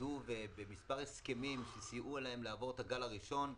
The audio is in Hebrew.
עמדו במספר הסכמים שסייעו להם לעבור את הגל הראשון.